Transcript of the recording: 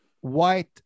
white